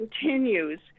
continues